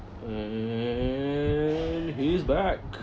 and he's back